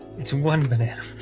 it's one banana